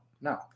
No